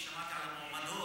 כי שמעתי על המועמדות,